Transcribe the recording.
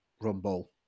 Rumble